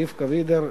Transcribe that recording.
רבקה וידר,